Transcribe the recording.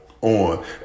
on